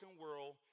world